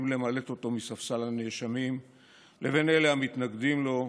למלט אותו מספסל הנאשמים לבין אלה המתנגדים לו,